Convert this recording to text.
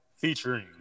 featuring